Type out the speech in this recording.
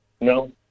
No